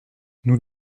nous